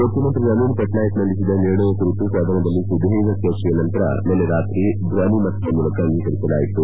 ಮುಖ್ಯಮಂತ್ರಿ ನವೀನ್ ಪಟ್ನಾಯಕ್ ಮಂಡಿಸಿದ ನಿರ್ಣಯ ಕುರಿತು ಸದನದಲ್ಲಿ ಸುದೀರ್ಘ ಚರ್ಚೆಯ ನಂತರ ನಿನ್ನೆ ರಾತ್ರಿ ಧ್ವನಿಮತದ ಮೂಲಕ ಅಂಗೀಕರಿಸಲಾಯಿತು